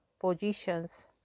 positions